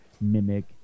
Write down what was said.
mimic